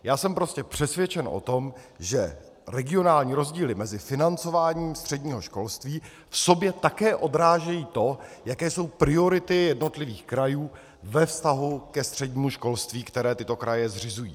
Já jsem prostě přesvědčen o tom, že regionální rozdíly mezi financováním středního školství v sobě také odrážejí to, jaké jsou priority jednotlivých krajů ve vztahu ke střednímu školství, které tyto kraje zřizují.